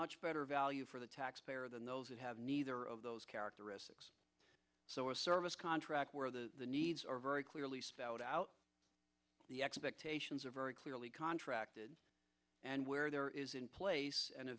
much better value for the taxpayer than those who have neither of those characteristics so a service contract where the needs are very clearly spelled out the expectations are very clearly contracted and where there is in place an